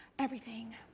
everything.